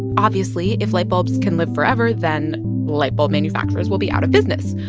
obviously, if light bulbs can live forever, then light bulb manufacturers will be out of business.